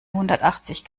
hundertachzig